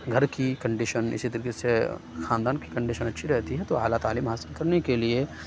گھر کی کنڈیشن اِسی طریقے سے خاندان کی کنڈیشن اچھی رہتی ہے تو اعلیٰ تعلیم حاصل کرنے کے لیے